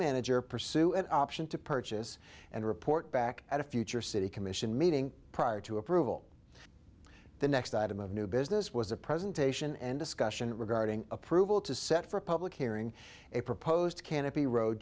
manager pursue an option to purchase and report back at a future city commission meeting prior to approval the next item of new business was a presentation and discussion regarding approval to set for a public hearing a proposed canopy road